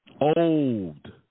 Old